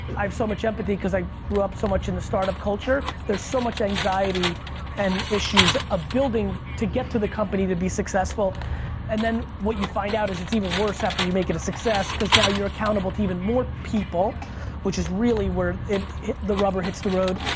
i have so much empathy cause i grew up so much in the start up culture, there so much anxiety and issues of building to get to the company to be successful and then what you find out is it's even worse after you make it a success cause now you're accountable to even more people which is really where the rubber hits the road.